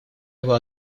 его